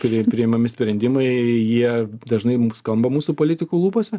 prii priimami sprendimai jie dažnai mum skamba mūsų politikų lūpose